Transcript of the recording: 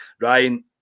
Ryan